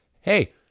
hey